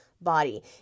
body